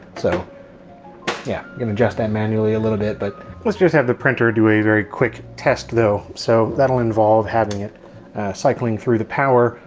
so yeah you can adjust that manually a little bit but let's just have the printer do a very quick test though. so that'll involve having it cycling through the power,